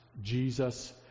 Jesus